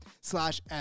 slash